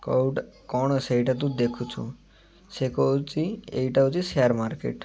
କେଉଁଟା କ'ଣ ସେଇଟା ତୁ ଦେଖୁଛୁ ସେ କହୁଛି ଏଇଟା ହେଉଛି ସେୟାର୍ ମାର୍କେଟ୍